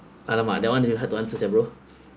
!alamak! that one is you have to answer that bro